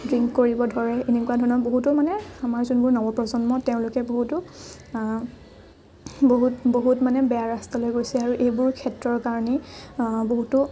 drink কৰিব ধৰে এনেকুৱা ধৰণৰ বহুতো মানে আমাৰ যোনবোৰ নৱ প্ৰজন্ম তেওঁলোকে বহুতো বহুত বহুত মানে বেয়া ৰাস্তালৈ গৈছে আৰু এইবোৰ ক্ষেত্ৰৰ কাৰণেই বহুতো